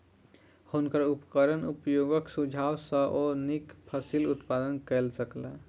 हुनकर उपकरण उपयोगक सुझाव सॅ ओ नीक फसिल उत्पादन कय सकला